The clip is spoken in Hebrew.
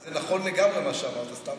זה נכון לגמרי, מה שאמרת.